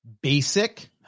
basic